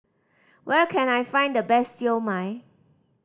where can I find the best Siew Mai